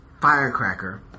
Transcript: Firecracker